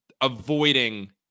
avoiding